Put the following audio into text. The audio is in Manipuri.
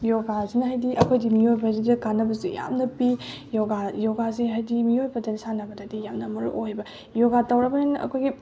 ꯌꯣꯒꯥꯁꯤꯅ ꯍꯥꯏꯗꯤ ꯑꯩꯈꯣꯏꯒꯤ ꯃꯤꯑꯣꯏꯕꯁꯤꯗ ꯀꯥꯟꯅꯕꯁꯦ ꯌꯥꯝꯅ ꯄꯤ ꯌꯣꯒꯥ ꯌꯣꯒꯁꯦ ꯍꯥꯏꯗꯤ ꯃꯤꯑꯣꯏꯕꯗ ꯁꯥꯟꯅꯕꯗꯗꯤ ꯌꯥꯝꯅ ꯃꯔꯨ ꯑꯣꯏꯕ ꯌꯣꯒꯥ ꯇꯧꯔꯕꯅꯤꯅ ꯑꯩꯈꯣꯏꯒꯤ